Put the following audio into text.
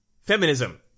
Feminism